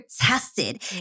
tested